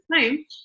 time